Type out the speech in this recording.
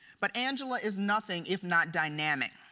but angela is nothing, if not dynamic.